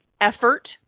effort